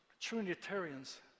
Trinitarians